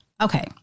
Okay